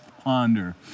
ponder